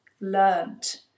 Learned